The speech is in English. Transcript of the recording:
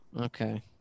Okay